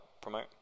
promote